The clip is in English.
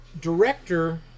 director